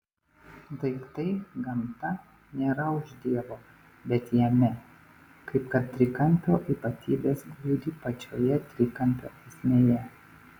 daiktai gamta nėra už dievo bet jame kaip kad trikampio ypatybės glūdi pačioje trikampio esmėje